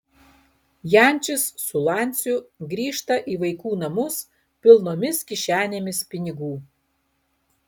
jančis su laciu grįžta į vaikų namus pilnomis kišenėmis pinigų